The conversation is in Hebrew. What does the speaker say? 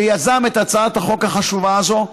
שיזם את הצעת החוק החשובה הזו,